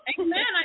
Amen